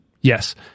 Yes